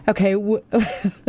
Okay